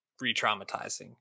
re-traumatizing